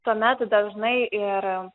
tuomet dažnai ir